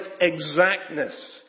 exactness